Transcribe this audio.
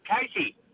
Casey